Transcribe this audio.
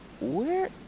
Where—